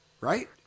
right